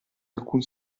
alcun